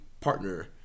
partner